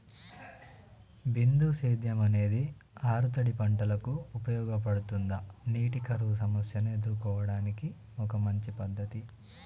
బిందు సేద్యం అనేది ఆరుతడి పంటలకు ఉపయోగపడుతుందా నీటి కరువు సమస్యను ఎదుర్కోవడానికి ఒక మంచి పద్ధతి?